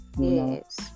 yes